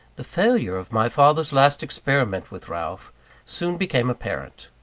the failure of my father's last experiment with ralph soon became apparent.